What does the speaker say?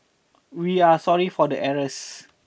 we are sorry for the errors